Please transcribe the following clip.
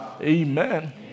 Amen